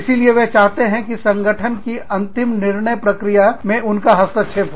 इसीलिए वे चाहते हैं कि संगठन की अंतिम निर्णय प्रक्रिया में उनका हस्तक्षेप हो